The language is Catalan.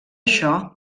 això